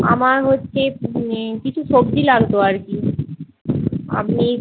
আমার হচ্ছে কিছু সবজি লাগত আর কি আপনি